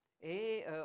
Et